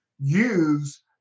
use